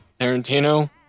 Tarantino